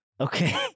Okay